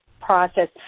process